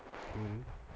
mm